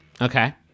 Okay